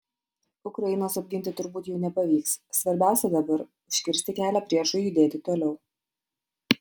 ukrainos apginti turbūt jau nepavyks svarbiausia dabar užkirsti kelią priešui judėti toliau